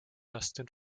justin